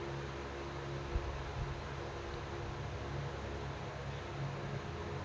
ನಾ ತೊಗೊಂಡಿದ್ದ ಸಾಲದ ಕಂತು ನನ್ನ ಖಾತೆಯಿಂದ ತಿಂಗಳಾ ನೇವ್ ಮುರೇತೇರೇನ್ರೇ?